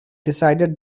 decided